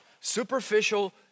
superficial